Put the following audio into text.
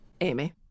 Amy